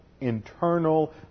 internal